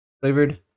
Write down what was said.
flavored